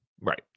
Right